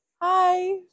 Hi